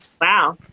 Wow